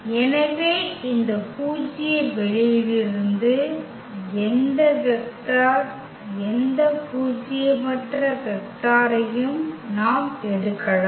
எனவே இந்த பூஜ்ய வெளியிலிருந்து எந்த வெக்டர் எந்த பூஜ்யமற்ற வெக்டாரையும் நாம் எடுக்கலாம்